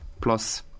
plus